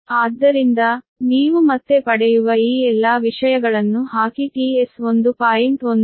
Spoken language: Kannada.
ಆದ್ದರಿಂದ ನೀವು ಮತ್ತೆ ಪಡೆಯುವ ಈ ಎಲ್ಲಾ ವಿಷಯಗಳನ್ನು ಹಾಕಿ tS 1